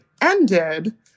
ended